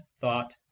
thought